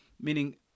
Meaning